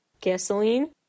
Gasoline